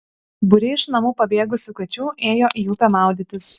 būriai iš namų pabėgusių kačių ėjo į upę maudytis